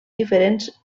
diferents